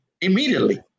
immediately